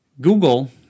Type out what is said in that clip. Google